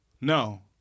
no